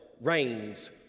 reigns